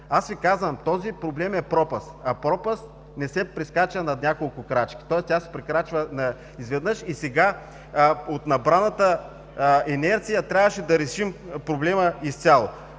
Аз Ви казвам: този проблем е пропаст. А пропаст не се прескача на няколко крачки. Той трябва да се прекрачи изведнъж. От набраната инерция трябваше да решим проблема изцяло.